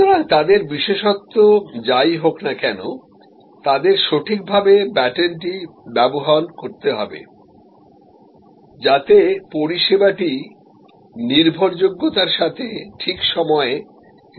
সুতরাং তাদের বিশেষত্ব যাই হোক না কেন তাদের সঠিকভাবে ব্যাটেনটি বহন করতে হবে যাতে পরিষেবাটি নির্ভরযোগ্যতার সাথে ঠিক সময়ে গ্রাহকের কাছে পৌঁছায়